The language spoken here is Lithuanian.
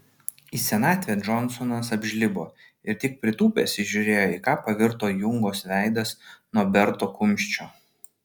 į senatvę džonsonas apžlibo ir tik pritūpęs įžiūrėjo į ką pavirto jungos veidas nuo berto kumščio